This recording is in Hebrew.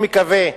אני מקווה,